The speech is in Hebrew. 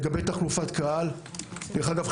דרך אגב,